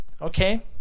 Okay